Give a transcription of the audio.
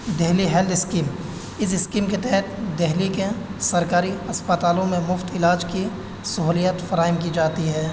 Delhi health scheme اس scheme کے تحت دہلی کے سرکاری اسپتالوں میں مفت علاج کی سہولیات فراہم کی جاتی ہے